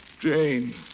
Jane